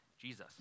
Jesus